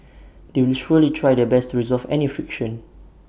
they will surely try their best to resolve any friction